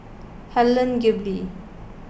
Helen Gilbey